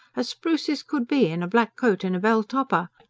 as spruce as could be, in a black coat and a belltopper.